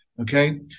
okay